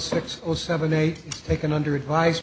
six or seven eight taken under advice